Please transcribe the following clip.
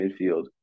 midfield